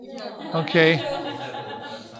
Okay